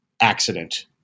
accident